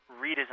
redesign